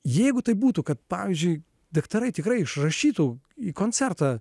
jeigu taip būtų kad pavyzdžiui daktarai tikrai išrašytų į koncertą